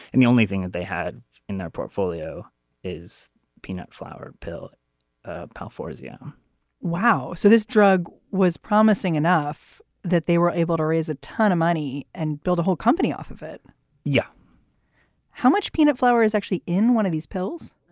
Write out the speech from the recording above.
and the only thing that they had in their portfolio is peanut flour pill ah pal fawzia um wow. so this drug was promising enough that they were able to raise a ton of money and build a whole company off of it yeah how much peanut flour is actually in one of these pills.